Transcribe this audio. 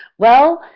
well,